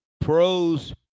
Pros